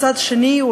מצד שני,